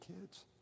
kids